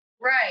right